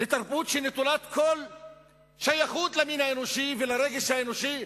לתרבות שנטולה כל שייכות למין האנושי ולרגש האנושי?